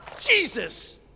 Jesus